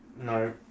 No